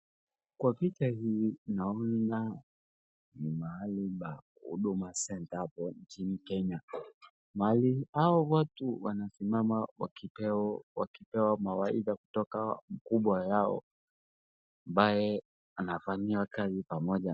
Kwa picha hii naona ni mahali pa Huduma Centre hapo nchini Kenya. Mahali hao watu wanasimama wakipewa mawaidha kutoka mkubwa yao ambaye anafanyiwa kazi pamoja.